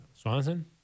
Swanson